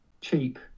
cheap